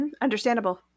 Understandable